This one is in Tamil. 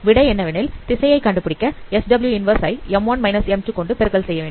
விடை என்னவெனில் திசையை கண்டுபிடிக்க SW 1 ஐ m1 m2 கொண்டு பெருக்கல் செய்யவேண்டும்